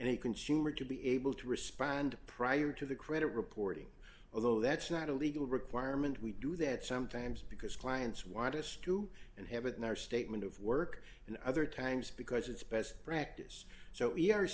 a consumer to be able to respond prior to the credit reporting although that's not a legal requirement we do that sometimes because clients want us to and have it in our statement of work and other times because it's best practice so e